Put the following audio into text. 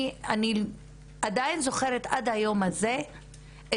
אני עדיין זוכרת עד היום הזה את